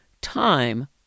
time